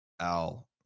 Al